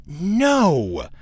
No